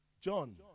John